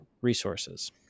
resources